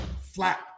flat